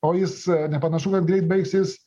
o jis nepanašu kad greit baigsis